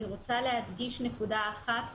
אני רוצה להדגיש נקודה אחת חשובה,